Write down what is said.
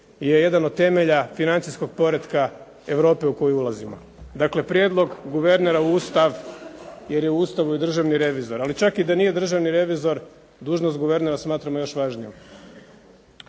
je jedan od temelja financijskog poretka Europe u koju ulazimo. Dakle, prijedlog guvernera u Ustav, jer je u Ustavu i državni revizor, ali čak i da nije državni revizor dužnost guvernera smatramo još važnijom.